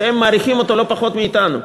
והם מעריכים אותו לא פחות מאתנו,